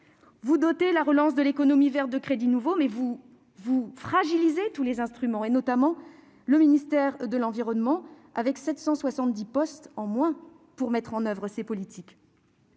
vous dotez la relance de l'économie verte de crédits nouveaux, mais vous fragilisez tous les instruments, à commencer par le ministère de l'environnement avec 770 postes en moins, qui doivent mettre en oeuvre ces politiques.